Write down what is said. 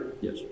Yes